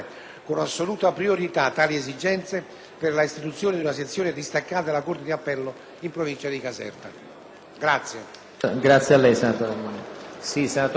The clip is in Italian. Signor Presidente, sarò telegrafico.